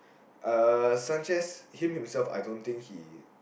uh Sanchez he himself I don't think he